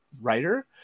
writer